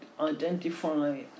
identify